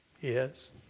Yes